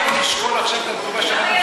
אם כך, אנחנו נשקול עכשיו את התגובה שלנו.